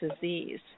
disease